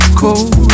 cold